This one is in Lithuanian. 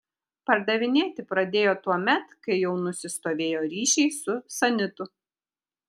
pardavinėti pradėjo tuomet kai jau nusistovėjo ryšiai su sanitu